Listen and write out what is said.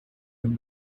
him